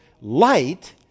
light